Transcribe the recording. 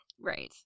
Right